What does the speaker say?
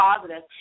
positive